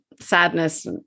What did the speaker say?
sadness